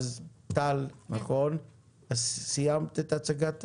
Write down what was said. טל, סיימת את הצגת הדברים?